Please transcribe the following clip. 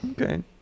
Okay